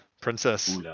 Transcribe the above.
princess